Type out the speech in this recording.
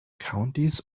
countys